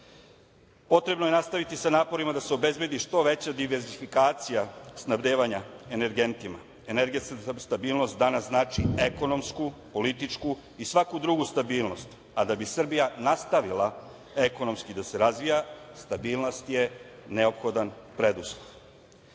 potrebno je nastaviti sa naporima da se obezbedi što veća diversifikacija snabdevanja energentima. Energetska stabilnost danas znači ekonomsku, političku i svaku drugu stabilnost, a da bi Srbija nastavila ekonomski da se razvija stabilnost je neophodan preduslov. Porodica